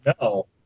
no